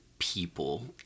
people